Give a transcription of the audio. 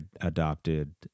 adopted